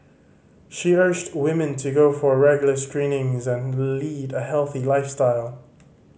she urged women to go for regular screenings and lead a healthy lifestyle